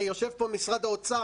יושב פה משרד האוצר,